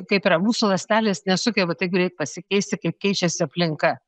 kaip yra mūsų ląstelės nesugeba taip greit pasikeisti kaip keičiasi aplinka